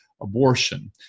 abortion